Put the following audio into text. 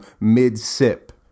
mid-sip